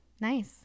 nice